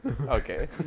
okay